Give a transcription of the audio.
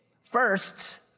first